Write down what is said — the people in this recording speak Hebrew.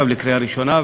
בקריאה ראשונה,